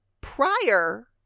Prior